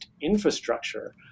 infrastructure